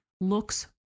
looks